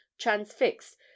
transfixed